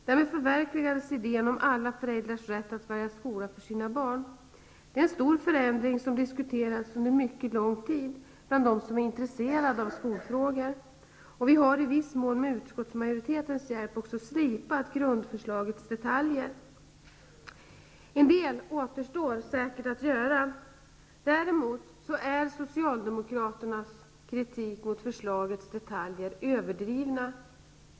Därmed förverkligas idén om alla föräldrars rätt att välja skola för sina barn. Det är en stor förändring som diskuterats under mycket lång tid bland dem som är intresserade av skolfrågor, och vi har i viss mån med utskottsmajoritetens hjälp också slipat grundförslagets detaljer. En del återstår säkert att göra. Däremot är Socialdemokraternas kritik mot förslagets detaljer överdriven.